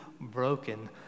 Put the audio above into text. broken